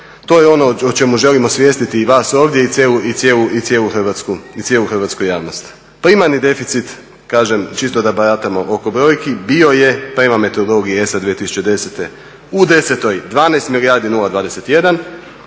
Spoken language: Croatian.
To je ono o čemu želim osvijestiti i vas ovdje i cijenu hrvatsku javnost. Primarni deficit, kažem, čisto da baratamo oko brojki, bio je prema metodologiji ESA 2010 u '10. 12